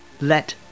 let